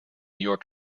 york